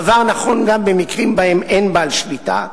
הדבר נכון גם במקרים שבהם אין בעל שליטה,